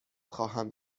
خواهم